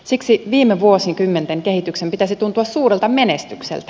siksi viime vuosikymmenten kehityksen pitäisi tuntua suurelta menestykseltä